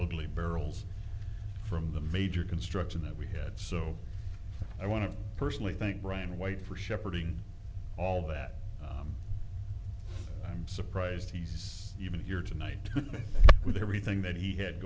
barrels from the major construction that we had so i want to personally thank brian white for shepherding all that i'm surprised he's even here tonight with everything that he had